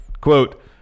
quote